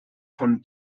von